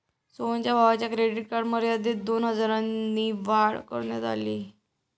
सोहनच्या भावाच्या credit card मर्यादेत दोन हजारांनी वाढ करण्यात आली